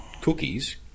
cookies